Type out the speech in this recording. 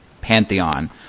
pantheon